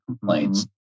complaints